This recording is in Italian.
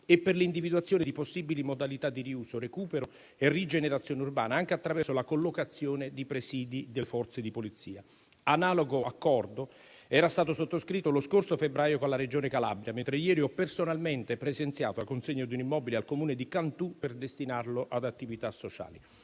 e per l'individuazione di possibili modalità di riuso, recupero e rigenerazione urbana, anche attraverso la collocazione di presidi delle Forze di polizia. Analogo accordo era stato sottoscritto lo scorso febbraio con la Regione Calabria, mentre ieri ho personalmente presenziato alla consegna di un immobile al Comune di Cantù per destinarlo ad attività sociali.